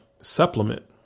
supplement